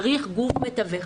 צריך גוף מתווך.